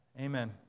Amen